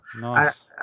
Nice